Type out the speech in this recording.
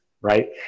right